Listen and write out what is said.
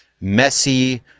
messy